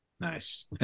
Nice